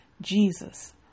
Jesus